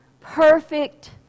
perfect